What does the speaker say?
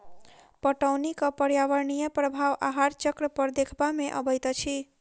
पटौनीक पर्यावरणीय प्रभाव आहार चक्र पर देखबा मे अबैत अछि